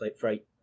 flight